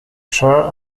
chair